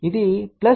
కాబట్టి ఇది j 1